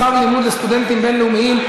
20) (שכר לימוד לסטודנטים בין-לאומיים),